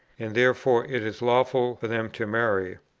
and therefore it is lawful for them to marry,